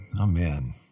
Amen